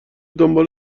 دنبال